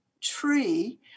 tree